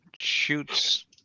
shoots